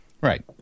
right